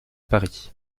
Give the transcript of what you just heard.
paris